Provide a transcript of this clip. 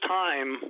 time